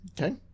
Okay